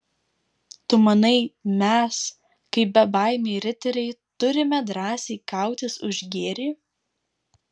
tu manai mes kaip bebaimiai riteriai turime drąsiai kautis už gėrį